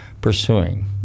pursuing